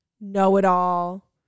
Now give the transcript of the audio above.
know-it-all